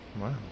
Wow